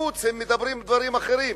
בחוץ הם מדברים דברים אחרים,